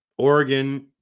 Oregon